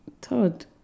Todd